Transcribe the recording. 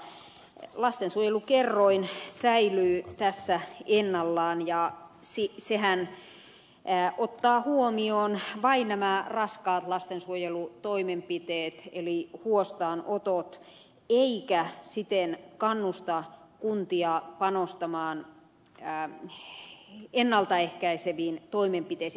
lastensuojelukerroin säilyy tässä ennallaan ja sehän ottaa huomioon vain nämä raskaat lastensuojelutoimenpiteet eli huostaanotot eikä siten kannusta kuntia panostamaan ennalta ehkäiseviin toimenpiteisiin